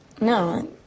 No